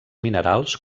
minerals